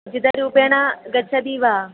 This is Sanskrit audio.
उचितं रूपेण गच्छति वा